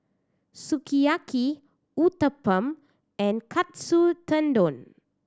Sukiyaki Uthapam and Katsu Tendon